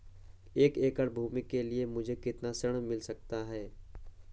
एक एकड़ भूमि के लिए मुझे कितना ऋण मिल सकता है?